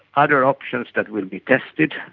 other options that will be tested.